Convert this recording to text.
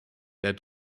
der